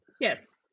Yes